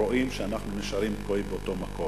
רואים שאנחנו נשארים תקועים באותו מקום.